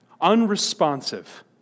unresponsive